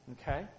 Okay